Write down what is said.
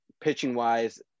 pitching-wise